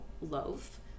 loaf